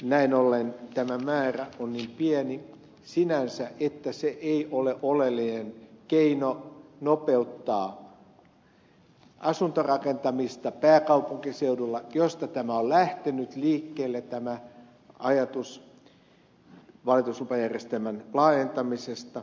näin ollen tämä määrä on niin pieni sinänsä että se ei ole oleellinen keino nopeuttaa asuntorakentamista pääkaupunkiseudulla mistä on lähtenyt liikkeelle tämä ajatus valituslupajärjestelmän laajentamisesta